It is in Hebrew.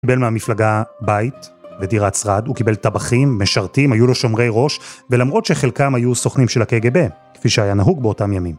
הוא קיבל מהמפלגה בית ודירת שרד, הוא קיבל טבחים, משרתים, היו לו שומרי ראש, ולמרות שחלקם היו סוכנים של הקגב, כפי שהיה נהוג באותם ימים,